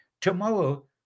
tomorrow